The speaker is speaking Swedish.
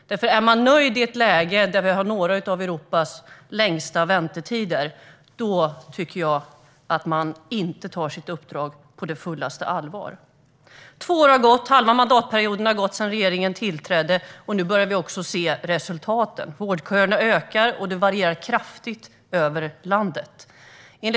Är man nöjd i ett läge där vi har några av Europas längsta väntetider tycker jag att man inte tar sitt uppdrag på fullaste allvar. Två år har gått - halva mandatperioden - sedan regeringen tillträdde, och nu börjar vi se resultaten. Vårdköerna ökar, och de varierar kraftigt över landet.